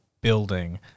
building